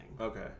Okay